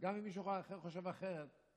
גם אם מישהו אחר חושב אחרת,